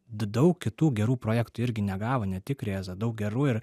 daug kitų gerų projektų irgi negavo ne tik rėza daug gerų ir